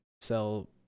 sell